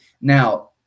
Now